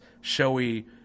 showy